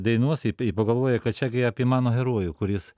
dainos i pi pagalvoju kad čia apie mano herojų kuris